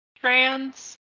trans